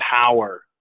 power